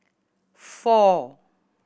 four